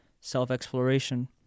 self-exploration